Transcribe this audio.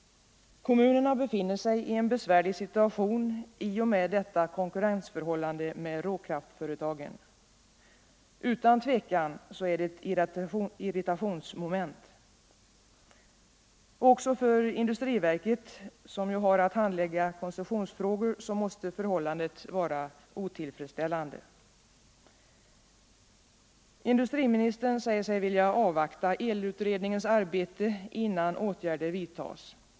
Kommunerna befinner sig i en besvärlig situation i och med att detta konkurrensförhållande råder med råkraftföretagen. Utan tvivel är det ett irritationsmoment. Också för industriverket, som har att handlägga koncessionsfrågor, måste förhållandet vara otillfredsställande. Industriministern säger sig vilja avvakta elutredningens arbete innan åtgärder vidtas.